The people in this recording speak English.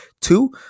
two